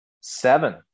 Seven